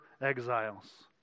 exiles